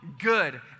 good